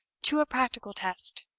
to a practical test.